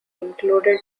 included